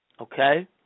Okay